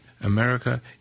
America